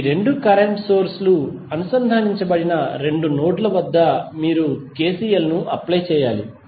ఈ రెండు current source లు అనుసంధానించబడిన రెండు నోడ్ ల వద్ద మీరు KCL ను అప్లై చేయాలి